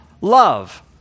love